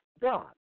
God